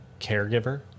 caregiver